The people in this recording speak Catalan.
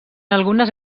algunes